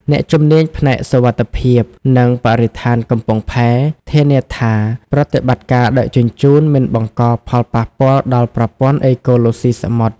អ្នកជំនាញផ្នែកសុវត្ថិភាព និងបរិស្ថានកំពង់ផែ ធានាថាប្រតិបត្តិការដឹកជញ្ជូនមិនបង្កផលប៉ះពាល់ដល់ប្រព័ន្ធអេកូឡូស៊ីសមុទ្រ។